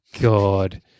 God